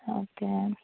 okay